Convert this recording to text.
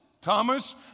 Thomas